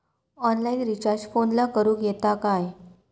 Online recharge फोनला करूक येता काय?